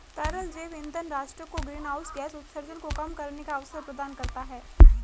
तरल जैव ईंधन राष्ट्र को ग्रीनहाउस गैस उत्सर्जन को कम करने का अवसर प्रदान करता है